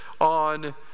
on